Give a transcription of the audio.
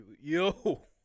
yo